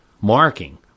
marking